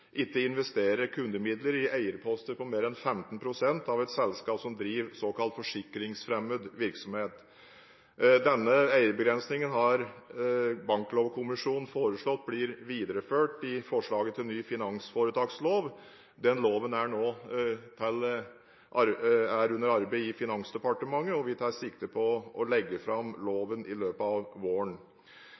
ikke investere kundemidler i eierposter på mer enn 15 pst. av et selskap som driver såkalt forsikringsfremmed virksomhet. Denne eierbegrensningen har Banklovkommisjonen foreslått at blir videreført i forslaget til ny finansforetakslov. Den loven er nå under arbeid i Finansdepartementet, og vi tar sikte på å legge den fram i løpet av våren.